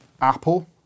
Apple